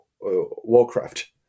Warcraft